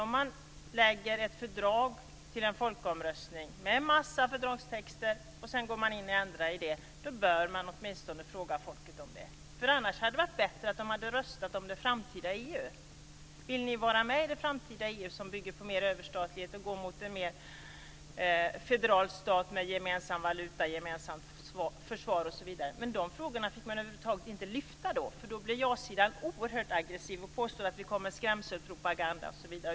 Om ett fördrag underställs en folkomröstning, med en mängd fördragstexter, och det sedan sker en ändring, bör åtminstone folket få frågan. Annars hade det varit bättre att folket hade röstat om det framtida EU: Vill ni vara med i det framtida EU som bygger på mer överstatlighet, som går mot att bli en federal stat med gemensam valuta och gemensamt försvar, osv.? De frågorna fick man över huvud inte taget lyfta fram då. Då blev ja-sidan oerhört aggressiv och påstod att vi kom med skrämselpropaganda.